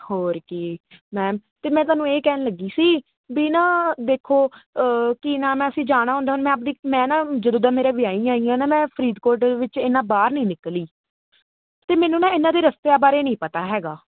ਹੋਰ ਕੀ ਮੈਮ ਤੇ ਮੈਂ ਤੁਹਾਨੂੰ ਇਹ ਕਹਿਣ ਲੱਗੀ ਸੀ ਵੀ ਨਾ ਦੇਖੋ ਕੀ ਨਾਮ ਅਸੀਂ ਜਾਣਾ ਹੁੰਦਾ ਹੁਣ ਮੈਂ ਆਪਦੀ ਮੈਂ ਨਾ ਜਦੋਂ ਦਾ ਮੇਰਾ ਵਿਆਹੀ ਆਈ ਆ ਨਾ ਮੈਂ ਫਰੀਦਕੋਟ ਵਿੱਚ ਇਹਨਾਂ ਬਾਹਰ ਨਹੀਂ ਨਿਕਲੀ ਤੇ ਮੈਨੂੰ ਨਾ ਇਹਨਾਂ ਦੇ ਰਸਤਿਆਂ ਬਾਰੇ ਨਹੀਂ ਪਤਾ ਹੈਗਾ